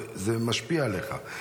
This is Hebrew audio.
זה משפיע עליך.